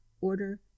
order